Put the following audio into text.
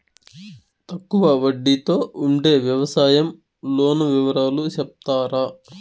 తక్కువ వడ్డీ తో ఉండే వ్యవసాయం లోను వివరాలు సెప్తారా?